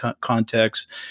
context